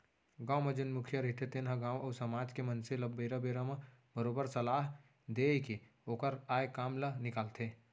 गाँव म जेन मुखिया रहिथे तेन ह गाँव अउ समाज के मनसे ल बेरा बेरा म बरोबर सलाह देय के ओखर आय काम ल निकालथे